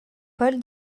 paul